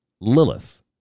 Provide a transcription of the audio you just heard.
Lilith